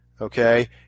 okay